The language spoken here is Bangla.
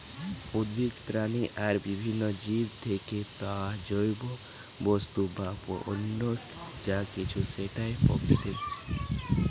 উদ্ভিদ, প্রাণী আর বিভিন্ন জীব থিকে পায়া জৈব বস্তু বা অন্য যা কিছু সেটাই প্রাকৃতিক